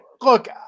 Look